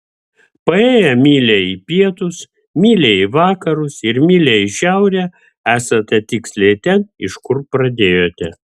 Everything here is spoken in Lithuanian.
paėjėję mylią į pietus mylią į vakarus ir mylią į šiaurę esate tiksliai ten iš kur pradėjote